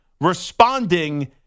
responding